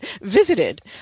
visited